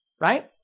right